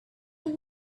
look